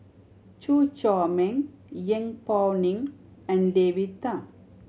Chew Chor Meng Yeng Pway Ngon and David Tham